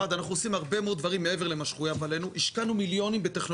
אני יש לי שאלה מאוד מעניינת אדוני היו"ר,